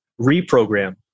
reprogram